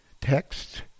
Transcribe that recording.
text